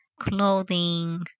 clothing